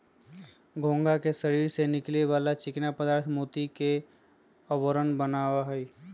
घोंघा के शरीर से निकले वाला चिकना पदार्थ मोती के आवरण बना हई